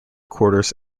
quarters